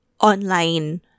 online